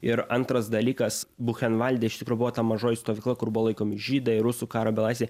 ir antras dalykas buchenvalde iš tikro buvo ta mažoji stovykla kur buvo laikomi žydai rusų karo belaisviai